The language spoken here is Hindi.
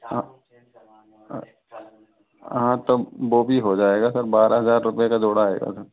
हाँ हाँ तब वो भी हो जाएगा सर बारह हज़ार रुपए का जोड़ा आएगा सर